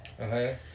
Okay